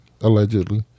allegedly